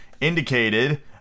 indicated